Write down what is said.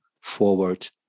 forward